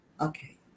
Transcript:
Okay